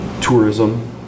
tourism